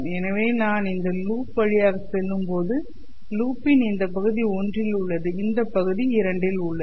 எனவே நான் இந்த லூப் வழியாக செல்லும்போது லூப்பின் இந்த பகுதி பகுதி 1 இல் உள்ளது இந்த பகுதி பகுதி 2 இல் உள்ளது